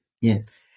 Yes